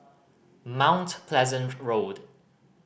Mount Pleasant Road